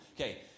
Okay